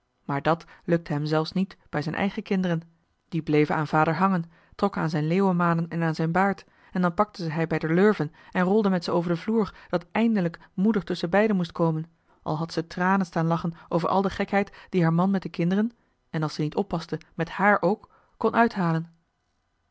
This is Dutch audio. maar dat lukte hem zelfs niet bij zijn eigen kinderen die bleven aan vader hangen trokken aan zijn leeuwenmanen en aan zijn baard en dan pakte hij ze bij joh h been paddeltje de scheepsjongen van michiel de uijter rolde met ze over den vloer dat eindelijk moeder tusschen beiden moest komen al had ze tranen staan lachen over al de gekheid die haar man met de kinderen en als ze niet oppaste met haar ook kon uithalen